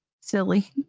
silly